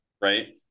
right